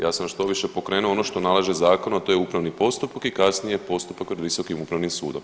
Ja sam štoviše pokrenuo ono što nalaže zakon, a to je upravni postupak i kasnije postupak pred Visokim upravnim sudom.